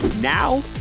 Now